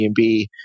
Airbnb